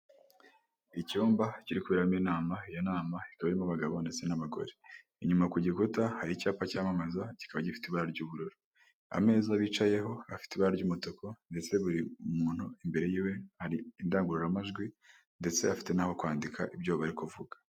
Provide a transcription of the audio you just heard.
Icyumba kiri kuberamo inama iyo nama ikaba irimo abagabo ndetse n'abagore, inyuma ku gikuta hari icyapa cyamamaza kikaba gifite ibara ry'ubururu. Ameza bicayeho akaba afite ibara ry'umutuku, ndetse buri muntu imbere yiwe hari indangururamajwi, ndetse afite n'aho kwandika ibyo bari kuvuga.